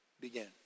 began